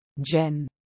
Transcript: Jen